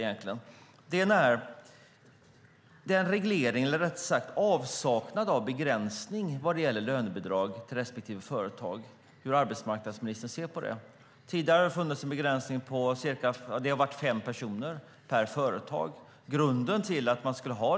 Det ena är avsaknaden av begränsning vad gäller lönebidrag till respektive företag. Hur ser arbetsmarknadsministern på det? Tidigare har det funnits en begränsning på fem personer per företag.